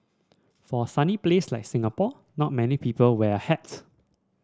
for a sunny place like Singapore not many people wear hats